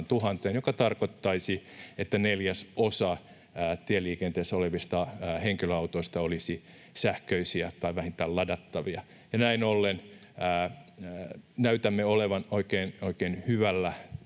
joka tarkoittaisi, että neljäsosa tieliikenteessä olevista henkilöautoista olisi sähköisiä tai vähintään ladattavia. Näin ollen näytämme olevan oikein,